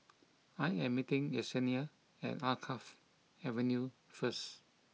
I am meeting Yessenia at Alkaff Avenue first